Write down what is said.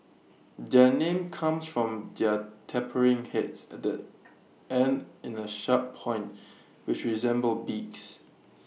their name comes from their tapering heads that end in A sharp point which resemble beaks